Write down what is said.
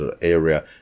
area